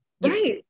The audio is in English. Right